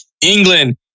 England